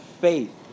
faith